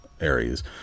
areas